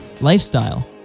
lifestyle